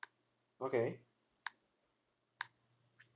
okay